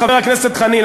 חבר הכנסת חנין,